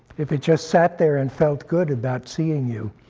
if it just sat there and felt good about seeing you,